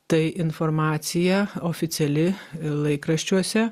tai informacija oficiali laikraščiuose